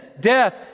death